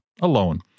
alone